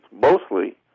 mostly